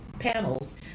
panels